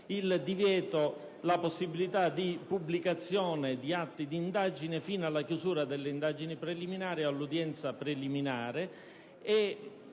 punto - la possibilità di pubblicazione di atti di indagine fino alla chiusura delle indagini preliminari e all'udienza preliminare.